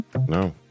No